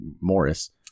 Morris